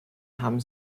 haben